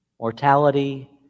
Mortality